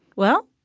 well,